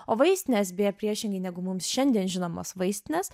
o vaistinės beje priešingai negu mums šiandien žinomos vaistinės